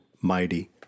mighty